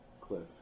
cliff